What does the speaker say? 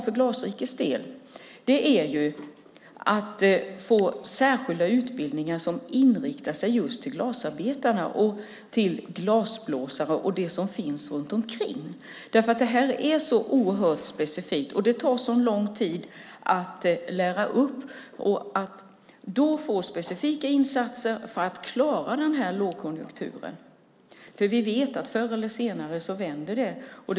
För Glasrikets del handlar det om att få särskilda utbildningar som riktar sig just till glasarbetarna och glasblåsarna och det som finns runt omkring. Detta är så oerhört specifikt och det tar så lång tid att lära upp så det är viktigt att få specifika insatser för att klara den här lågkonjunkturen. Vi vet att det vänder förr eller senare.